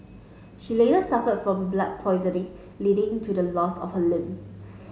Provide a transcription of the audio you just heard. she later suffer from blood poisoning leading to the loss of her limb